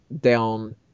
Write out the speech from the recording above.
down